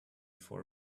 for